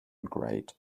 grate